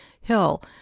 Hill